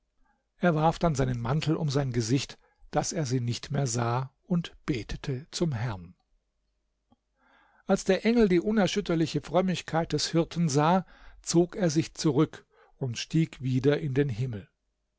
er warf dann seinen mantel um sein gesicht daß er sie nicht mehr sah und betete zum herrn als der engel die unerschütterliche frömmigkeit des hirten sah zog er sich zurück und stieg wieder in den himmel